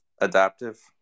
adaptive